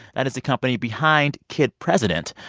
that is the company behind kid president,